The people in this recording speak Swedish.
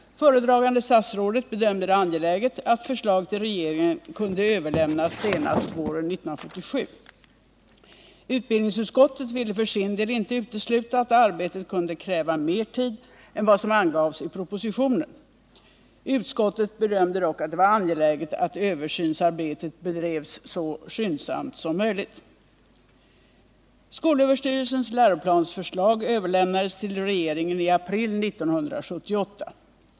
Föredragande statsrådet bedömde det angeläget att förslag till regeringen kunde överlämnas senast våren 1977. Utbildningsutskottet ville för sin del inte utesluta att arbetet kunde kräva mer tid än vad som angavs i propositionen. Utskottet bedömde dock att det var angeläget att översynsarbetet bedrevs så skyndsamt som möjligt. Skolöverstyrelsens läroplansförslag överlämnades till regeringen i april 1978.